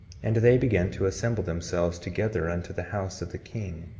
and they began to assemble themselves together unto the house of the king.